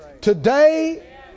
today